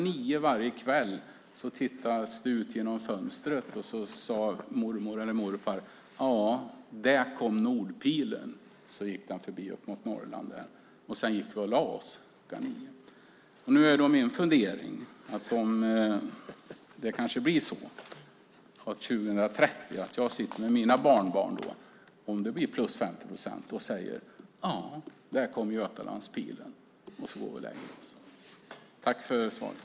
9 varje kväll och tittade ut genom fönstret. Då sade mormor eller morfar: Där kom Nordpilen. Den gick förbi upp mot Norrland och sedan vi gick och lade oss. Nu är min fundering om jag, om det blir +50 procent, kommer att sitta år 2030 med mina barnbarn och säga: Där kom Götalandspilen - och så går vi och lägger oss. Tack för svaret!